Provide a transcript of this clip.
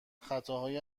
خطاهای